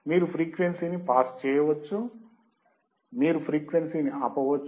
మీరు ఫ్రీక్వెన్సీని పాస్ చేయవచ్చు మీరు ఫ్రీక్వెన్సీని ఆపవచ్చు